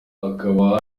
akaba